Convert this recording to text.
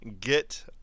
get